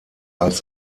als